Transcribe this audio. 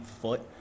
foot